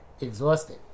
exhausted